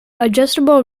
adjustable